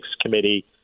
committee